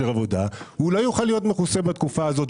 עבודה הוא לא יוכל להיות מכוסה בתקופה הזאת.